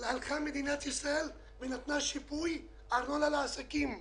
הלכה מדינת ישראל ונתנה שיפוי ארנונה לעסקים.